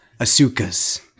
Asuka's